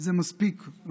זה מספיק גבוה,